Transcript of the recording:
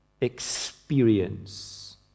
experience